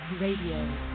Radio